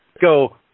go